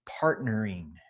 partnering